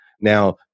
Now